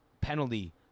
penalty